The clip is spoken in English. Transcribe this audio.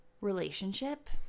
Relationship